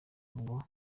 ngo